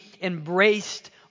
embraced